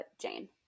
Jane